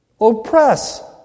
oppress